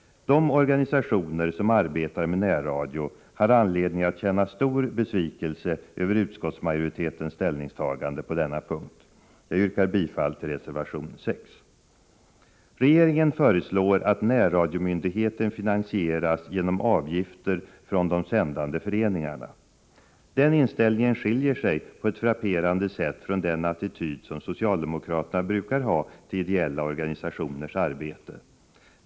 De organisationer som arbetar med närradio har anledning känna stor besvikelse över utskottsmajoritetens ställningstagande på denna punkt. Jag yrkar bifall till reservation 6. Regeringen föreslår att närradiomyndigheten finansieras genom avgifter från de sändande föreningarna. Den inställningen skiljer sig på ett frapperande sätt från den attityd som socialdemokraterna brukar ha till ideella organisationers arbete.